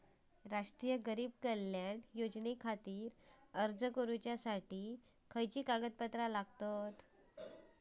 राष्ट्रीय गरीब कल्याण योजनेखातीर अर्ज करूच्या खाती कसली कागदपत्रा लागतत?